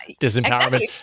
Disempowerment